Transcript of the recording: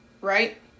right